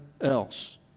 else